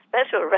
Special